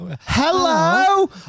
Hello